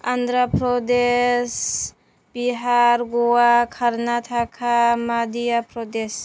Andhra Pradesh Bihar Goa Karnataka Madhya Pradesh